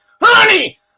honey